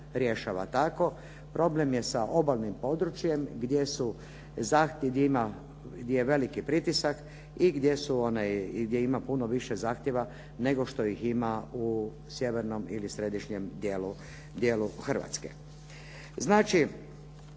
Problem je sa obalnim područjem gdje je veliki pritisak i gdje ima puno više zahtjeva nego što ih ima u sjevernom ili središnjem dijelu Hrvatske.